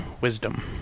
Wisdom